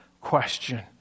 question